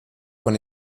von